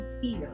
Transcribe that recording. fear